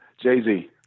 Jay-Z